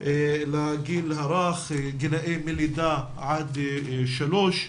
לגיל הרך, מגיל לידה עד שלוש,